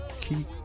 Keep